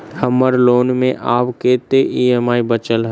हम्मर लोन मे आब कैत ई.एम.आई बचल ह?